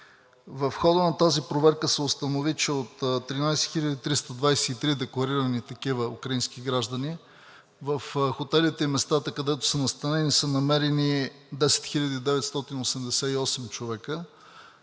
В хода на тази проверка се установи, че от декларирани такива 13 хиляди 323 украински граждани, в хотелите и местата, където са настанени, са намерени 10 хиляди 988 човека.